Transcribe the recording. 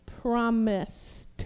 promised